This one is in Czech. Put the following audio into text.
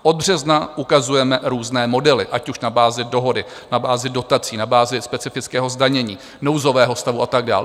Od března ukazujeme různé modely, ať už na bázi dohody, na bázi dotací, na bázi specifického zdanění, nouzového stavu a tak dále.